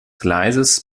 gleises